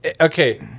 Okay